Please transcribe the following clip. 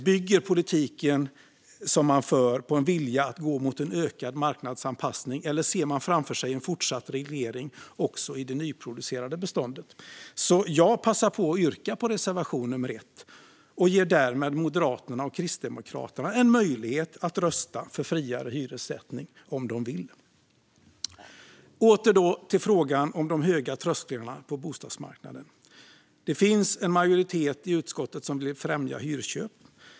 Bygger politiken på en vilja att gå mot en ökad marknadsanpassning, eller ser man framför sig en fortsatt reglering också i det nyproducerade beståndet? Jag passar på att yrka bifall till reservation 1, och jag ger därmed Moderaterna och Kristdemokraterna en möjlighet att rösta för friare hyressättning om de vill. Åter till frågan om de höga trösklarna till bostadsmarknaden. Det finns en majoritet i utskottet som vill främja hyrköp.